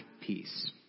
peace